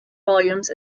volumes